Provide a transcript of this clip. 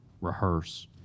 rehearse